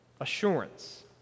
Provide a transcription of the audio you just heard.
assurance